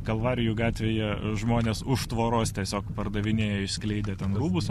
kalvarijų gatvėje žmonės už tvoros tiesiog pardavinėja išskleidę ten rūbus